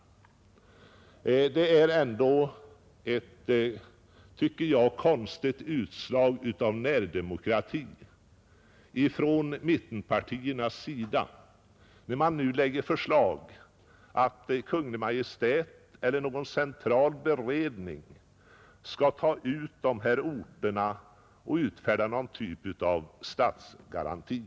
Det är, anser jag, ändå ett konstigt utslag av närdemokrati från mittenpartiernas sida, när de nu lägger fram förslag om att Kungl. Maj:t eller någon central beredning skall ta ut de här orterna och utfärda någon typ av statsgaranti.